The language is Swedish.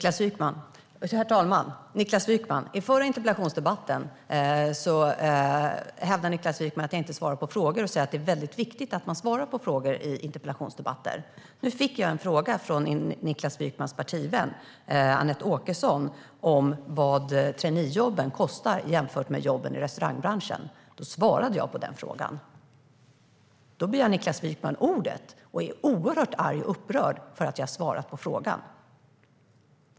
Herr talman! I den förra interpellationsdebatten hävdade Niklas Wykman att jag inte svarade på frågor och sa att det är viktigt att jag svarar på frågor i interpellationsdebatter. Nu fick jag en fråga från Niklas Wykmans partivän Anette Åkesson om vad traineejobben kostar jämfört med jobben i restaurangbranschen, och då svarade jag på den frågan. Då begär Niklas Wykman ordet och är mycket arg och upprörd över att jag har svarat på frågan.